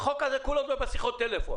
החוק הזה כולו מדבר על שיחות טלפון.